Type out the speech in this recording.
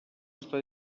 està